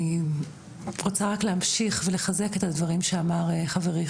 אני רוצה רק להמשיך ולחזק את הדברים שאמר חברי,